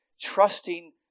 trusting